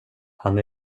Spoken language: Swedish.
han